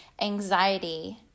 anxiety